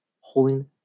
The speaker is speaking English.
Holding